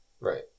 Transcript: Right